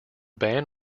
band